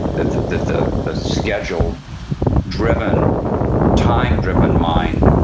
that the the schedule-driven, time-driven time-driven mind